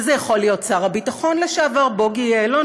וזה יכול להיות שר הביטחון לשעבר בוגי יעלון,